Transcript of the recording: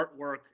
artwork